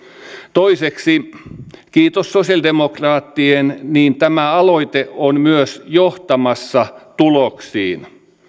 toiseksi kiitos sosiaalidemokraattien tämä aloite on myös johtamassa tuloksiin